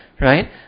Right